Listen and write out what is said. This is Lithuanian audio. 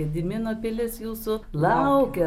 gedimino pilis jūsų laukia